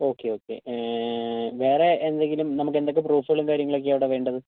okay okay വേറെ എന്തെങ്കിലും നമുക്കെന്തൊക്കെ പ്രൂഫുകളും കാര്യങ്ങളൊക്കെയാണ് അവിടെ വേണ്ടത്